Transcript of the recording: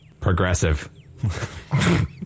Progressive